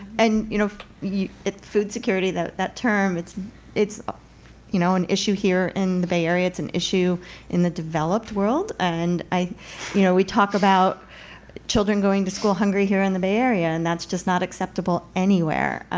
and you know yeah food security, that that term, it's it's ah you know an issue here in the bay area. it's an issue in the developed world. and you know we talk about children going to school hungry here in the bay area, and that's just not acceptable anywhere.